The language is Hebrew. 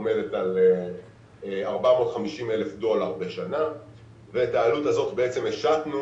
עומדת על 450,000 דולר בשנה ואת העלות הזאת השתנו